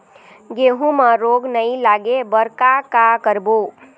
गेहूं म रोग नई लागे बर का का करबो?